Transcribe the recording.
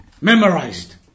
memorized